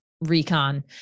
recon